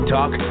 Talk